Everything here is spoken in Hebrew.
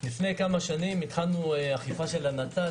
לפני כמה שנים התחלנו אכיפה של הנת"צ.